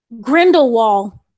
Grindelwald